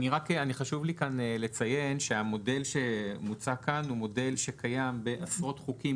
חשוב לי לציין כאן שהמודל שמוצע כאן הוא מודל שקיים בעשרות חוקים.